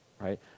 right